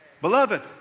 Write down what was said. Beloved